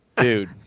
dude